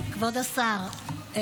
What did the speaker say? כבוד השר,